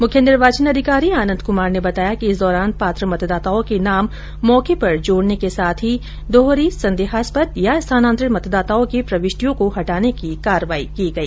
मुख्य निर्वाचन अधिकारी आनंद क्मार ने बताया कि इस दौरान पात्र मतदाताओं के नाम मौके पर जोड़ने के साथ ही दोहरी सॅदेहास्पद या स्थानान्तरित मतदाताओं की प्रविष्टियों को हटाने की कार्रवाई की गई